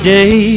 Day